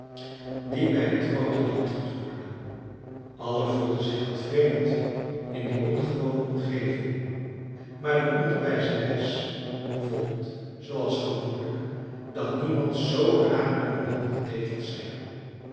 die bij het groote landgoed hoorden allen voelden zich wat vreemd in die ongewone omgeving maar de onderwijzeres vond zooals gewoonlijk dat niemand zoo raar en onhandig deed als zij